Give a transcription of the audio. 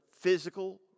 physical